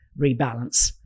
rebalance